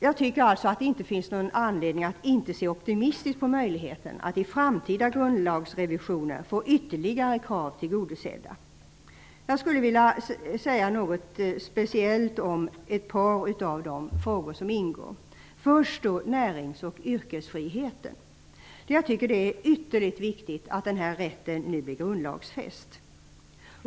Jag tycker inte att det finns någon anledning att inte se optimistiskt på möjligheten att i framtida grundlagsrevisioner få ytterligare krav tillgodosedda. Jag vill säga något om närings och yrkesfriheten. Jag tycker att det är utomordentligt viktigt att denna rätt nu är grundlagsfäst.